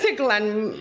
ah glenn,